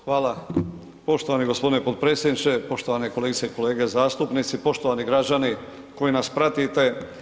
Hvala poštovani g. potpredsjedniče, poštovane kolegice i kolege zastupnici, poštovani građani koji nas pratite.